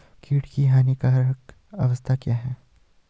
कीट की हानिकारक अवस्था क्या है?